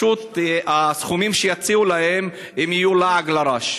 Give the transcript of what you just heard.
הסכומים שיציעו להם יהיו לעג לרש.